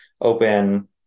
open